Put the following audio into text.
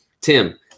Tim